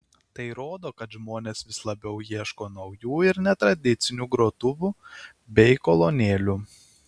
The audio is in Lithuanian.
tai rodo kad žmonės vis labiau ieško naujų ir netradicinių grotuvų bei kolonėlių